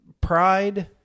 pride